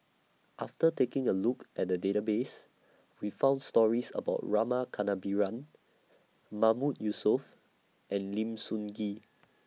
after taking A Look At The Database We found stories about Rama Kannabiran Mahmood Yusof and Lim Sun Gee